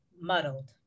muddled